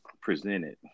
presented